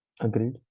Agreed